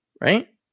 Right